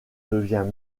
devient